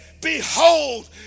behold